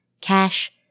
cash